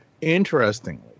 Interestingly